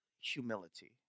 humility